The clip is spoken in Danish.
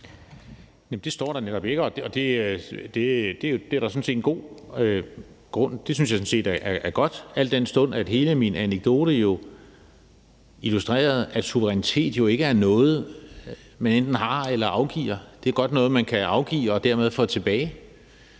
Det står der netop ikke, og det synes jeg sådan set er godt, al den stund at hele min anekdote jo illustrerede, at suverænitet ikke er noget, man enten har eller afgiver. Det er noget, man kan afgive og dermed få tilbage.